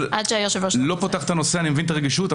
אני מבין את הרגישות,